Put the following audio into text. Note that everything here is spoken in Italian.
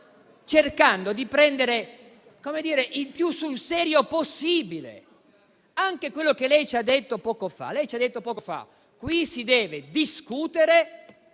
cercando di prendere più sul serio possibile anche quello che lei ci ha detto poco fa. Lei ci ha detto